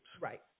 Right